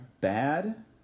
bad